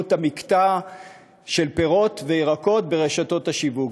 המקטע של פירות וירקות ברשתות השיווק.